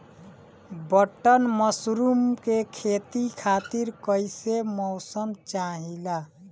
Button mushroom के खेती खातिर कईसे मौसम चाहिला?